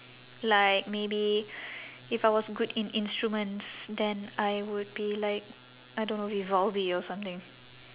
like maybe if I was good in instruments then I would be like I don't know or something